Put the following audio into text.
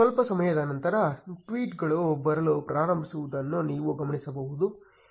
ಸ್ವಲ್ಪ ಸಮಯದ ನಂತರ ಟ್ವೀಟ್ಗಳು ಬರಲು ಪ್ರಾರಂಭಿಸುವುದನ್ನು ನೀವು ಗಮನಿಸಬಹುದು